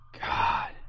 God